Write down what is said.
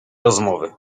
rozmowy